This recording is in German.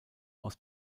aus